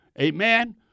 Amen